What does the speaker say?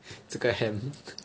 这个 ham